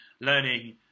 learning